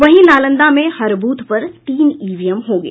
वहीं नालंदा में हर ब्रथ पर तीन ईवीएम होंगे